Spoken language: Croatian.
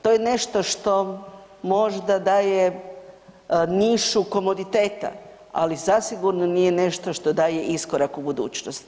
To je nešto što možda daje nišu komoditeta, ali zasigurno nije nešto što daje iskorak u budućnost.